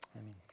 Amen